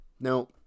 Now